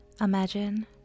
Imagine